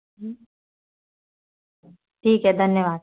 ठीक है धन्यवाद